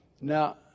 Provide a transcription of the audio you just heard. Now